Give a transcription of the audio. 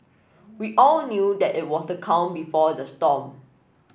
we all knew that it was the calm before the storm